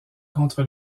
contre